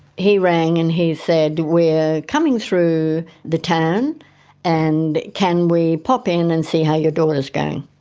he rang and he said, we're coming through the town and can we pop in and see how your daughter's going?